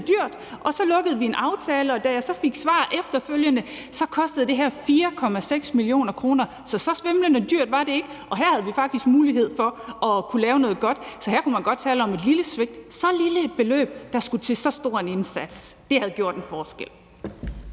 dyrt, og så lukkede vi en aftale. Da jeg så fik svar efterfølgende, fik jeg at vide, at det her kostede 4,6 mio. kr. Så så svimlende dyrt var det ikke. Og her havde vi faktisk mulighed for at kunne lave noget godt, så her kunne man godt tale om et lille svigt. Det lille beløb, der skulle til, til så stor en indsats havde gjort en forskel.